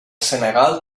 senegal